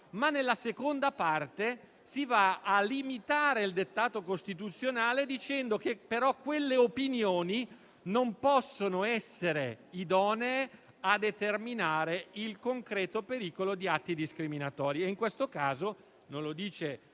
ma nella seconda parte si va a limitare il dettato costituzionale dicendo che quelle opinioni non possono essere idonee a determinare il concreto pericolo di atti discriminatori.